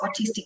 autistic